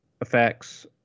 effects